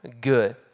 good